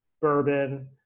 bourbon